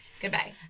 Goodbye